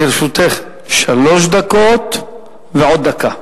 לרשותך שלוש דקות ועוד דקה.